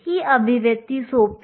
तर यावेळी 0